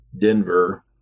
Denver